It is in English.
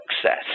success